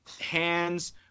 hands